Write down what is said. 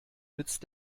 nützt